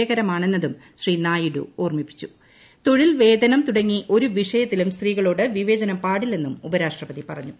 വിജയകരമാണെന്നതും തൊഴിൽ വേതനം തുടങ്ങി ഒരു വിഷ്യത്തിലും സ്ത്രീകളോട് വിവേചനം പാടില്ലെന്നും ഉപരാഷ്ട്രപ്പതി പറഞ്ഞു